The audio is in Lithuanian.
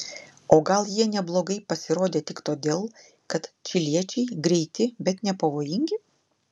o gal jie neblogai pasirodė tik todėl kad čiliečiai greiti bet nepavojingi